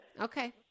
Okay